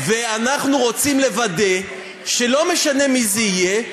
אנחנו רוצים לוודא שלא משנה מי זה יהיה,